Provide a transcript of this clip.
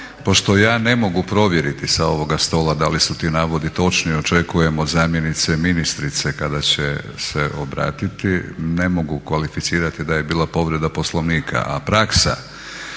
Pošto ja ne mogu provjeriti sa ovoga stola da li su ti navodi točni, očekujem od zamjenice ministrice kada će se obratiti, ne mogu kvalificirati da je bila povreda Poslovnika. A praksa